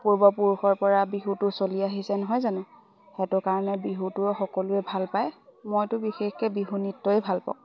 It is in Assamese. পূৰ্বপুৰুষৰ পৰা বিহুটো চলি আহিছে নহয় জানো সেইটো কাৰণে বিহুটোও সকলোৱে ভাল পায় মইতো বিশেষকৈ বিহু নৃত্যই ভাল পাওঁ